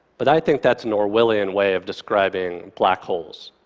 but i think that's an orwellian way of describing black holes.